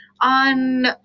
on